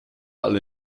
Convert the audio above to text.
alle